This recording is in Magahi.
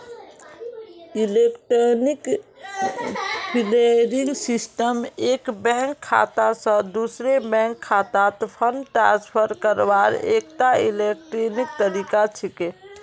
इलेक्ट्रॉनिक क्लियरिंग सिस्टम एक बैंक खाता स दूसरे बैंक खातात फंड ट्रांसफर करवार एकता इलेक्ट्रॉनिक तरीका छिके